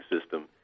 system